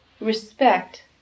respect